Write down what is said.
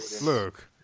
Look